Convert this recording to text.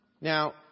Now